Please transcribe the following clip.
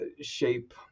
shape